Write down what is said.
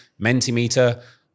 Mentimeter